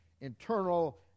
internal